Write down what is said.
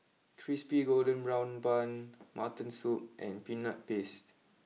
Crispy Golden Brown Bun Mutton Soup and Peanut Paste